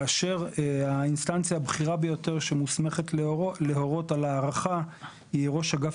כאשר האינסטנציה הבכירה ביותר שמוסמכת להורות על הארכה היא ראש אגף